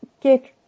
get